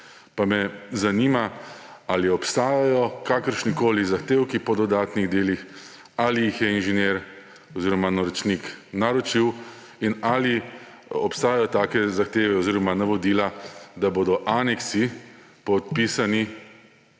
Zanima me: Ali obstajajo kakršnikoli zahtevki po dodatnih delih? Ali jih je inženir oziroma naročnik naročil? Ali obstajajo take zahteve oziroma navodila, da bodo aneksi podpisani